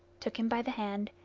took him by the hand,